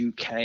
UK